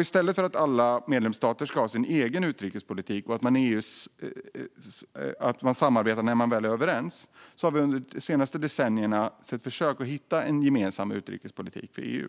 I stället för att alla medlemsstater ska ha sin egen utrikespolitik och att man i EU samarbetar när man väl är överens, har vi under de senaste decennierna sett försök att hitta en gemensam utrikespolitik för EU.